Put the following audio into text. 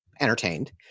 entertained